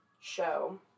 show